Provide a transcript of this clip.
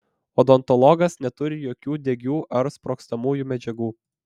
odontologas neturi jokių degių ar sprogstamųjų medžiagų